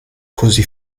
così